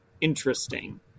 interesting